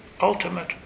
ultimate